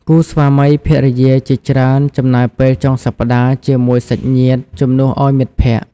គូស្វាមីភរិយាជាច្រើនចំណាយពេលចុងសប្តាហ៍ជាមួយសាច់ញាតិ ជំនួសឲ្យមិត្តភក្តិ។